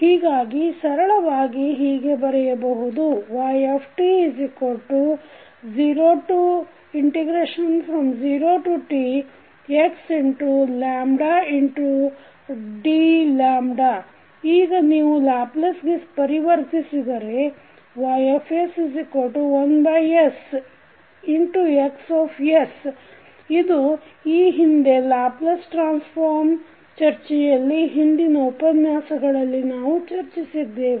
ಹೀಗಾಗಿ ಸರಳವಾಗಿ ಹೀಗೆ ಬರೆಯಬಹುದು yt0txdλ ಈಗ ನೀವು ಲ್ಯಾಪ್ಲೇಸ್ ಗೆ ಪರಿವರ್ತಿಸಿದರೆ Ys1sXs ಇದು ಈ ಹಿಂದೆ ಲ್ಯಾಪ್ಲಸ್ ಟ್ರಾನ್ಸ್ ಫಾರ್ಮ್ನ ಚರ್ಚೆಯಲ್ಲಿ ಹಿಂದಿನ ಉಪನ್ಯಾಸಗಳಲ್ಲಿ ನಾವು ಚರ್ಚಿಸಿದ್ದೇವೆ